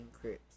crips